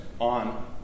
on